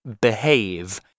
behave